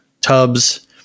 tubs